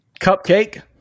Cupcake